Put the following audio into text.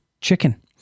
chicken